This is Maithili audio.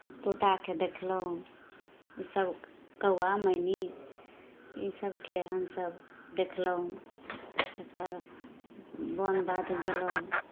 तोताकेँ देखलहुँ इसभ कौआ मैनी इसभके हम सभ देखलहुँ तकर बन बाध गेलहुँ